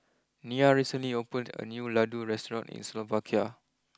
Nia recently opened a new Ladoo restaurant in Slovakia